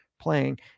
playing